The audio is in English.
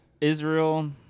Israel